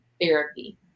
therapy